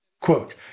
Quote